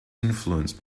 influenced